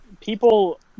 people